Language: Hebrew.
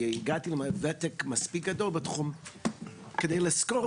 כי הגעתי עם ותק מספיק גדול בתחום כדי לזכור,